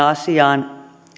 asiaan